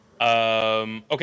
okay